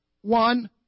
one